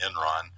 Enron